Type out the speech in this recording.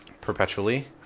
perpetually